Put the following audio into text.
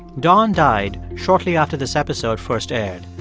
don died shortly after this episode first aired.